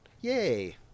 Yay